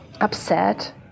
upset